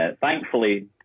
thankfully